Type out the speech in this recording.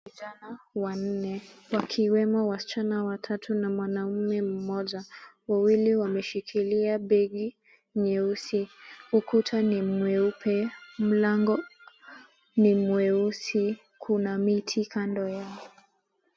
Vijana wanne wakiwemo wasichana watatu na mwanaume mmoja. Wawili wameshikilia begi nyeusi. Ukuta ni mweupe, mlango ni mweusi. Kuna miti kando yake.